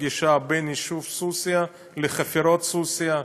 הגישה מהיישוב סוסיא לחפירות סוסיא.